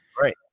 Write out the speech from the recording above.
right